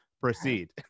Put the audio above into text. proceed